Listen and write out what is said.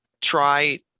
try